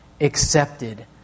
accepted